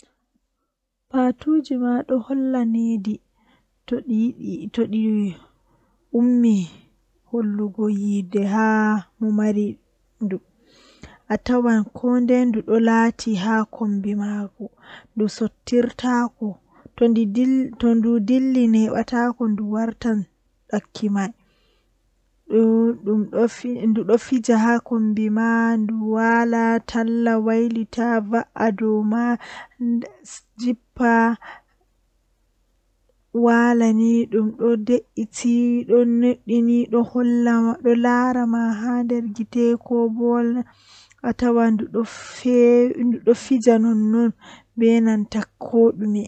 Mi wiyan mo o wallina hakkiilo mako o de'ita ɗo himɓe duɓɓe ɗon waɗa Wala ko heɓataɓe kamɓe waɗoɓe ngamman kamkofu o wallina hakkiilo mako Wala ko heɓata mo to Allah jaɓi yerdi